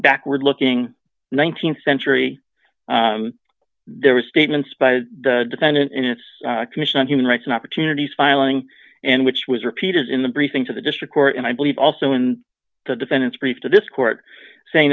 backward looking th century there were statements by the defendant in this commission on human rights and opportunities filing and which was repeated in the briefing to the district court and i believe also in the defendant's brief to this court saying